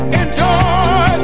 enjoy